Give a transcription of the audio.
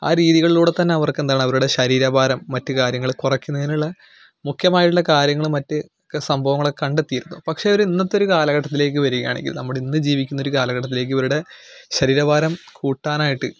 ആ രീതികളിലൂടെ തന്നെ അവർക്ക് എന്താണ് അവരുടെ ശരീരഭാരം മറ്റ് കാര്യങ്ങൾ കുറയ്ക്കുന്നതിനുള്ള മുഖ്യമായിട്ടുള്ള കാര്യങ്ങൾ മറ്റ് ക സംഭവങ്ങളൊക്കെ കണ്ടെത്തിയിരുന്നു പക്ഷേ ഒരു ഇന്നത്തെ ഒരു കാലഘട്ടത്തിലേക്ക് വരികയാണെങ്കിൽ നമ്മുടെ ഇന്ന് ജീവിക്കുന്ന ഒരു കാലഘട്ടത്തിലേക്ക് ഇവരുടെ ശരീരഭാരം കൂട്ടാനായിട്ട്